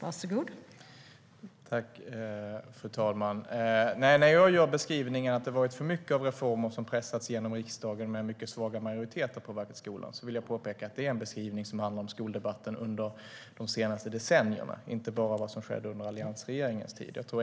Fru talman! När jag gör beskrivningen att det varit för mycket reformer som pressats igenom riksdagen med mycket svaga majoriteter och att det påverkat skolan vill jag påpeka att det är en beskrivning som handlar om skoldebatten under de senaste decennierna, inte bara om vad som skedde under alliansregeringens tid.